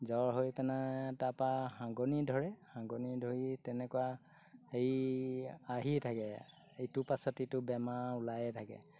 জ্বৰ হৈ পিনে তাৰপৰা হাগনি ধৰে হাগনি ধৰি তেনেকুৱা এই আহি থাকে ইটোৰ পাছত ইটো বেমাৰ ওলাইয়ে থাকে